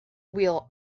wheel